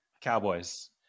Cowboys